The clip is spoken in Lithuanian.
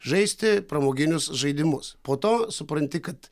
žaisti pramoginius žaidimus po to supranti kad